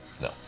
No